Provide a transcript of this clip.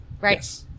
right